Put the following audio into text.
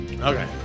Okay